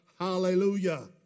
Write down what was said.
hallelujah